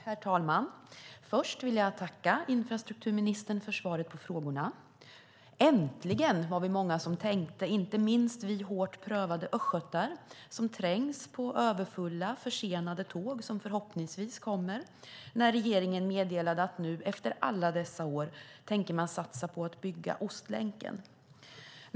Herr talman! Först vill jag tacka infrastrukturministern för svaret på frågorna. Äntligen! var vi många som tänkte - inte minst vi hårt prövade östgötar som trängs på överfulla, försenade tåg som förhoppningsvis kommer - när regeringen meddelade att man nu efter alla dessa år tänker satsa på att bygga Ostlänken.